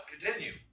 continue